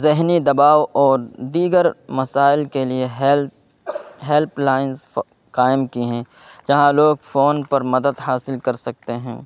ذہنی دباؤ اور دیگر مسائل کے لیے ہیلپ ہیلپ لائنز قائم کی ہیں جہاں لوگ فون پر مدد حاصل کر سکتے ہیں